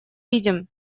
видим